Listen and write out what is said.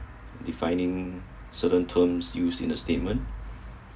defining certain terms used in the statement